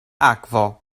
akvo